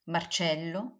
Marcello